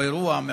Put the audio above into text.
או אירוע,